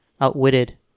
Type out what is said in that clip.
outwitted